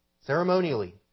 ceremonially